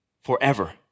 forever